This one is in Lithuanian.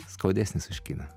skaudesnis už kiną